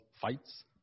fights